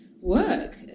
work